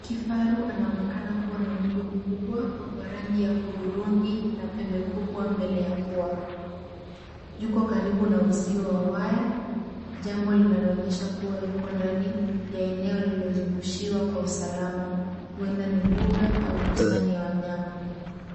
Kifaru anaonekana kuwa na mwili mkubwa wa rangi ya hudhurungi na pembe kubwa mbele ya pua. Yuko karibu na uzio wa waya, jambo linalo onyesha kuwa yuko ndani ya eneo lililo zungushiwa kwa usalama, huenda ni mbuga au bustani ya wanyama.